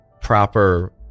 proper